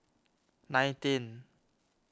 nineteenth